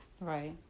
Right